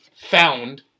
found